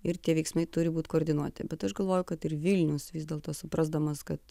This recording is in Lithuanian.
ir tie veiksmai turi būt koordinuoti bet aš galvoju kad ir vilnius vis dėlto suprasdamas kad